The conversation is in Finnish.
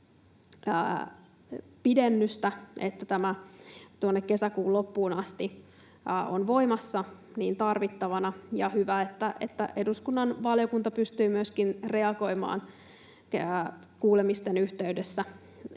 että tämä kesäkuun loppuun asti on voimassa. Hyvä, että eduskunnan valiokunta pystyy myöskin reagoimaan kuulemisten yhteydessä